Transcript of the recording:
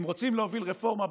אם רוצים להוביל רפורמה,